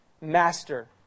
master